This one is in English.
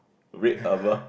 red